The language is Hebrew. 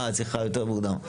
אה, את צריכה יותר מוקדם.